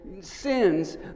sins